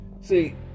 See